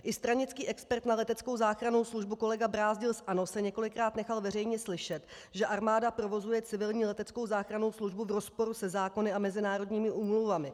I stranický expert na leteckou záchrannou službu kolega Brázdil z ANO se několikrát nechal veřejně slyšet, že armáda provozuje civilní leteckou záchrannou službu v rozporu se zákony a mezinárodními úmluvami.